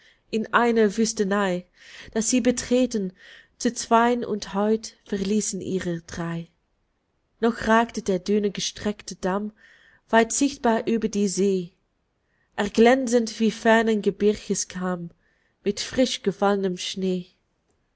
in einer wüstenei das sie betreten zu zwei'n und heut verließen ihrer drei noch ragte der dünen gestreckter damm weit sichtbar über die see erglänzend wie fernen gebirges kamm mit frisch gefallnem schnee